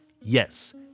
Yes